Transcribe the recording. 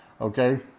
Okay